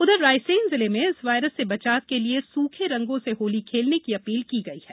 इधर रायसेन जिले में इस वायरस से बचाव के लिए सुखे रंगों से होली खेलने की अपील की गई है